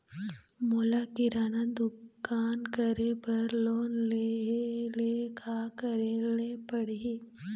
मोला किराना दुकान करे बर लोन लेहेले का करेले पड़ही?